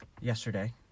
yesterday